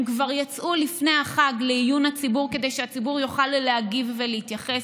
הם כבר יצאו לפני החג לעיון הציבור כדי שהציבור יוכל להגיב ולהתייחס.